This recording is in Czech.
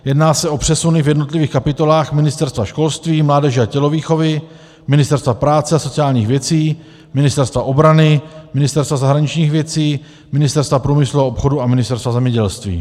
Jedná se o přesuny v jednotlivých kapitolách Ministerstva školství, mládeže a tělovýchovy, Ministerstva práce a sociálních věcí, Ministerstva obrany, Ministerstva zahraničních věcí, Ministerstva průmyslu a obchodu a Ministerstva zemědělství.